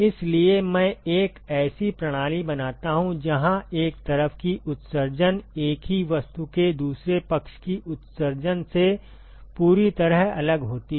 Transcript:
इसलिए मैं एक ऐसी प्रणाली बनाता हूं जहां एक तरफ की उत्सर्जन एक ही वस्तु के दूसरे पक्ष की उत्सर्जन से पूरी तरह अलग होती है